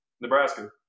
Nebraska